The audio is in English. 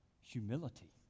humility